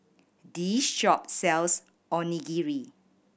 this shop sells Onigiri